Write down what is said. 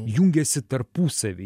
jungiasi tarpusavy